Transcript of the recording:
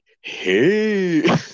Hey